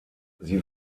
sie